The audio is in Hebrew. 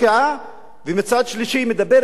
ומצד שלישי היא מדברת על שלטון חוק,